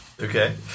Okay